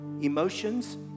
emotions